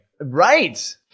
Right